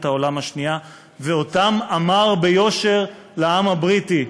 העולם השנייה ואמר ביושר לעם הבריטי: